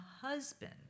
husband